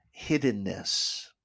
hiddenness